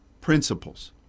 principles